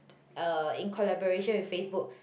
uh in collaboration with Facebook